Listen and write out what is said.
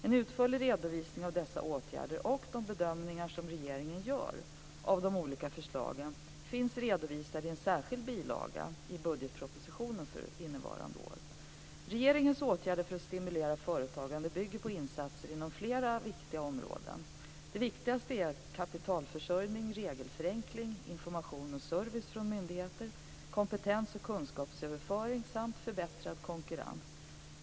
En utförlig redovisning av dessa åtgärder och de bedömningar som regeringen gör av de olika förslagen finns redovisade i en särskild bilaga i budgetpropositionen för innevarande år. Regeringens åtgärder för att stimulera företagande bygger på insatser inom flera viktiga områden. Det viktigaste är kapitalförsörjning, regelförenkling, information och service från myndigheter, kompetensoch kunskapsöverföring samt förbättrad konkurrens.